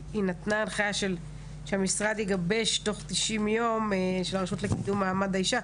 שהיא נתנה הנחיה של המשרד יגבש תוך 90 יום של הרשות לקידום מעמד האישה.